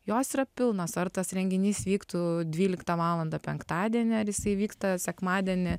jos yra pilnos ar tas renginys vyktų dvyliktą valandą penktadienį ar jisai vyksta sekmadienį